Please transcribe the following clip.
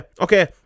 okay